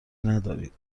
ندارید